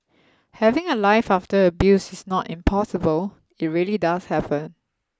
having a life after abuse is not impossible it really does happen